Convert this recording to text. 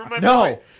No